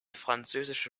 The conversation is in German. französische